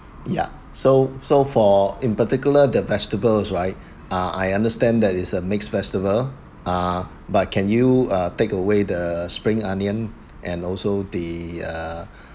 ya so so for in particular the vegetables right ah I understand that is a mixed vegetable ah but can you uh take away the spring onion and also the uh